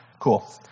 cool